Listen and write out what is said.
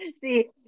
See